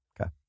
Okay